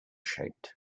shaped